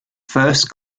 first